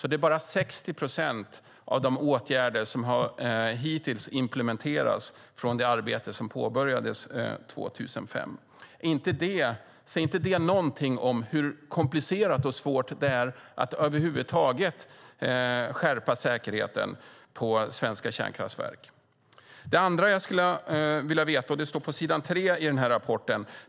Det är bara 60 procent av åtgärderna från det arbete som påbörjades 2005 som hittills har implementerats. Säger inte det någonting om hur komplicerat och svårt det är att över huvud taget skärpa säkerheten på svenska kärnkraftverk? Det andra jag skulle vilja veta något om är det som står på s. 3 i den här rapporten.